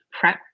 prep